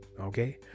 Okay